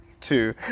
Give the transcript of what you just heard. two